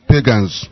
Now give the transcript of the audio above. pagans